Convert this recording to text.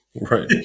Right